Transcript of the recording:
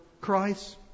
Christ